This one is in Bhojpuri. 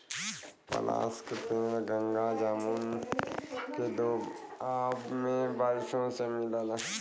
पलाश के पेड़ गंगा जमुना के दोआब में बारिशों से मिलला